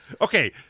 Okay